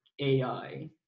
AI